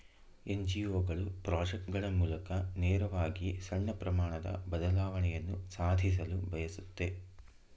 NGO ಗಳು project ಗಳ ಮೂಲಕ ನೇರವಾಗಿ ಸಣ್ಣ ಪ್ರಮಾಣದ ಬದಲಾವಣೆಯನ್ನು ಸಾಧಿಸಲು ಬಯಸುತ್ತೆ